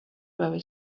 very